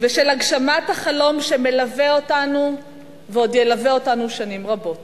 ושל הגשמת החלום שמלווה אותנו ועוד ילווה אותנו שנים רבות.